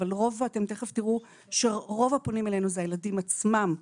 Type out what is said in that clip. תיכף תראו שרוב הפונים אלינו זה הילדים עצמם.